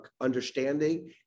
understanding